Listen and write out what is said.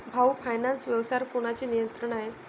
भाऊ फायनान्स व्यवसायावर कोणाचे नियंत्रण आहे?